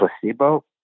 placebo